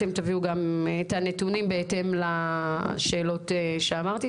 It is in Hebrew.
אתם גם תביאו את הנתונים בהתאם לשאלות ששאלתי.